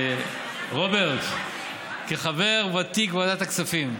רוברט, כחבר ותיק בוועדת הכספים,